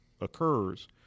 occurs